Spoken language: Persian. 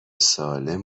سالم